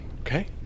okay